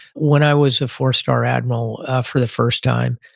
when i was a four star admiral for the first time,